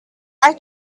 try